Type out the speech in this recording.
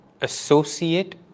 associate